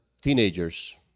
teenagers